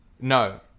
No